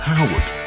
Howard